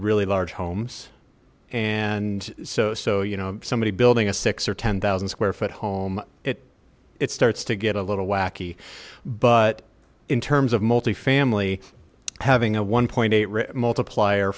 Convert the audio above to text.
really large homes and so so you know somebody building a six or ten thousand square foot home it starts to get a little wacky but in terms of multifamily having a one point eight multiplier